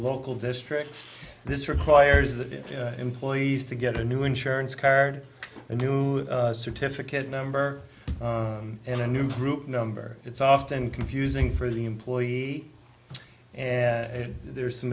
local districts this requires the employees to get a new insurance card a new certificate number in a newsgroup number it's often confusing for the employee and there's some